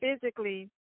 physically